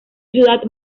ciudad